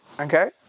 okay